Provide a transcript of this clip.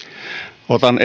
otan